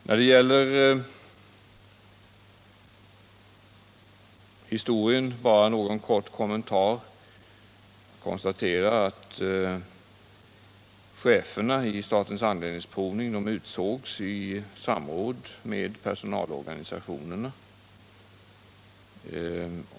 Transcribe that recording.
När det gäller historien vill jag bara göra några korta kommentarer. Cheferna i AB Statens Anläggningsprovning utsågs i samråd med per = Nr 26 sonalorganisationerna.